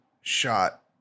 shot